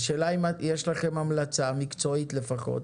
השאלה אם יש לכם המלצה מקצועית לפחות,